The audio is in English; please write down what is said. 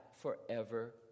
forever